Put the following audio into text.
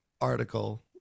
article